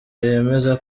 yemeza